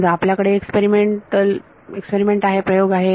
समजा आपल्याकडे एक्सपेरिमेंट आहे प्रयोग आहे